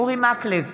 אורי מקלב,